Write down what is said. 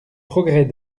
progrès